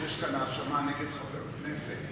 משום שיש כאן האשמה נגד חבר כנסת.